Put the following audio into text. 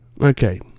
Okay